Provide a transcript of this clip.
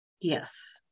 yes